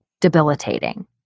debilitating